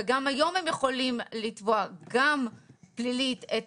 וגם היום הם יכולים לתבוע גם פלילית את